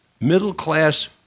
middle-class